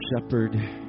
shepherd